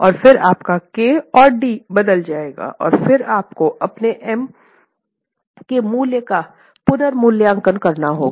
और फिर आपका k और j बदल जाएगा और फिर आपको अपने M' के मूल्य का पुनर्मूल्यांकन करना होगा